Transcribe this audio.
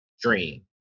dream